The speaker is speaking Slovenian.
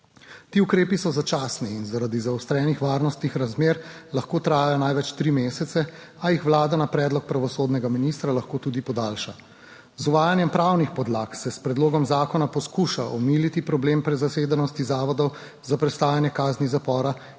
Ti ukrepi so začasni in zaradi zaostrenih varnostnih razmer lahko trajajo največ tri mesece, a jih vlada na predlog pravosodnega ministra lahko tudi podaljša. Z uvajanjem pravnih podlag se s predlogom zakona poskuša omiliti problem prezasedenosti zavodov za prestajanje kazni zapora